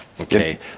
Okay